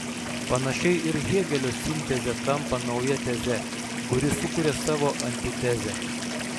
panašiai ir hėgelio sintezė tampa nauja teze kuri sukuria savo antitezę